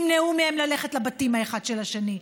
ימנעו מהם ללכת לבתים אחד של השני,